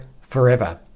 forever